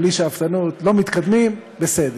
בלי שאפתנות לא מתקדמים, בסדר.